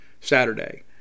Saturday